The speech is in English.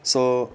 so